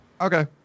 Okay